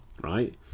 right